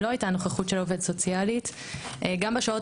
לא היתה נוכחות של עובדת סוציאלית, גם בשעות